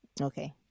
Okay